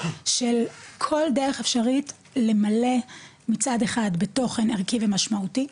של כל דרך אפשרית למלא מצד אחד בתוכן ערכי ומשמעותי,